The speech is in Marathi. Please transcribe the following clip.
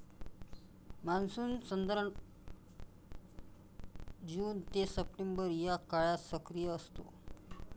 मान्सून साधारणतः जून ते सप्टेंबर या काळात सक्रिय असतो